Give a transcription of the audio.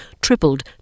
tripled